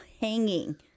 hanging